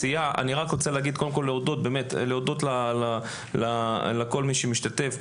אני רוצה להודות לכל מי שמשתתף.